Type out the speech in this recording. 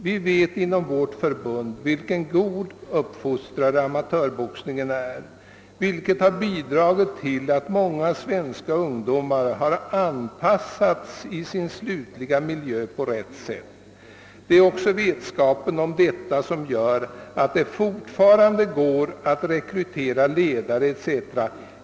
Vi vet inom vårt förbund vilken god uppfostrare amatörboxningen är, vilket har bidragit till att många svenska ungdomar har anpassats i sin slutliga miljö på rätt sätt. Det är också vetskapen om detta som gör att det fortfarande går att rekrytera ledare etc.